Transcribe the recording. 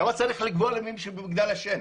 למה צריך לקבוע מישהו ממגדל השן?